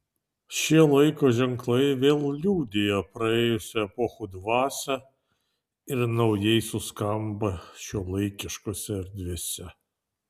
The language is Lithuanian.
šie laiko ženklai vėl liudija praėjusių epochų dvasią ir naujai suskamba šiuolaikiškose erdvėse